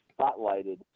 spotlighted